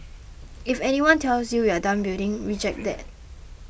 if anyone tells you we're done building reject that